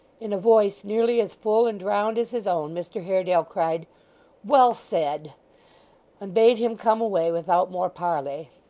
in a voice nearly as full and round as his own, mr haredale cried well said and bade him come away without more parley.